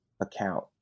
account